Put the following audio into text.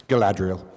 Galadriel